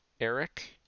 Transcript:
Eric